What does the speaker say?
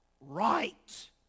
Right